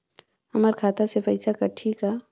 हमर खाता से पइसा कठी का?